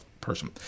person